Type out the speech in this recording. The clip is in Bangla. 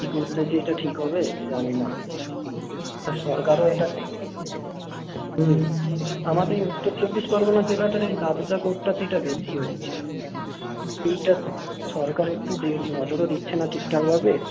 কী করলে যে এটা ঠিক হবে জানি না আর সরকারের এটা দেখ হুম আমাদের উত্তর চব্বিশ পরগনা জেলাটার ওই নামসা কোর্টটাতে এটা বেশি হচ্ছে ওইটা সরকার একটু দেখ নজরও দিচ্ছে না ঠিকঠাকভাবে